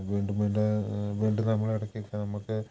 വീണ്ടും വീണ്ടും വീണ്ടും നമ്മളെടുക്കുകയൊക്കെ നമ്മൾക്ക്